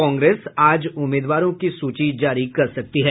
कांग्रेस आज उम्मीदवारों की सूची जारी कर सकती है